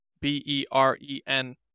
B-E-R-E-N